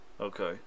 okay